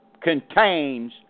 contains